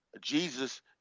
Jesus